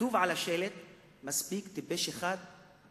קיצוץ במענקי איזון משפיע על כולם.